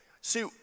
See